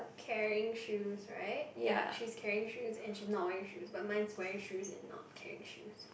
carrying shoes right ya she's carrying shoes and she not wearing shoes but mine's wearing shoes and not carrying shoes